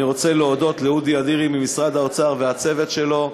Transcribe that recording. אני רוצה להודות לאודי אדירי ממשרד האוצר ולצוות שלו,